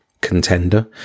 contender